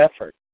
effort